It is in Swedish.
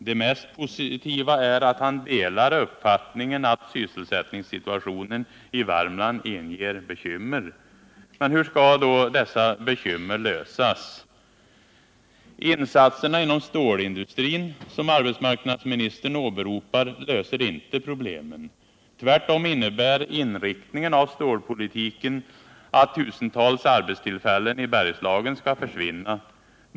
Det mest positiva är att han delar uppfattningen att sysselsättningssituationen i Värmland inger bekymmer! Men hur skall då problemen lösas? Insatserna inom stålindustrin, som arbetsmarknadsministern åberopar, löser inte problemen. Tvärtom innebär inriktningen av stålpolitiken att tusentals arbetstillfällen i Bergslagen skall försvinna.